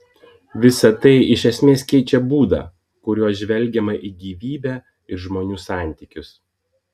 visa tai iš esmės keičia būdą kuriuo žvelgiama į gyvybę ir žmonių santykius